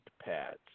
pads